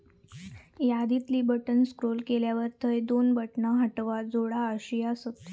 यादीतली button scroll केल्यावर थंय दोन बटणा हटवा, जोडा अशी आसत